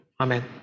Amen